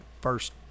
first